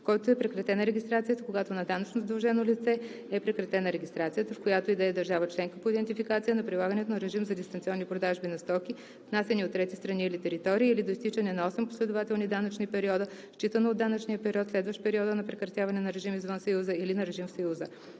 който е прекратена регистрацията, когато на данъчно задължено лице е прекратена регистрацията, в която и да е държава членка по идентификация на прилагането на режим за дистанционни продажби на стоки, внасяни от трети страни или територии, или до изтичане на осем последователни данъчни периода, считано от данъчния период, следващ периода на прекратяване на режим извън Съюза, или на режим в Съюза.